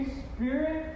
spirit